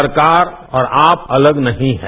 सरकार और आप अलग नहीं हैं